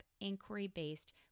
inquiry-based